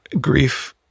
Grief